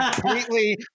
completely